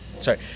sorry